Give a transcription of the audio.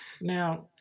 Now